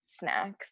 snacks